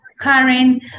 Karen